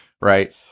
right